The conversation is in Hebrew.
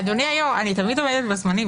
אדוני היושב-ראש, אני תמיד עומדת בזמנים.